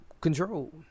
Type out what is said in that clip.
control